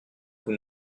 vous